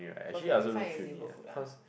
perfectly fine with neighborhood lah